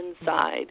inside